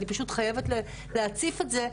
אני פשוט חייבת להציף את זה,